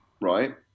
right